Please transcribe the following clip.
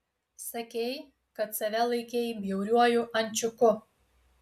sakei kad save laikei bjauriuoju ančiuku